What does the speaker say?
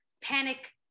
panic